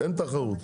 אין תחרות.